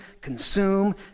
consume